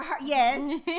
Yes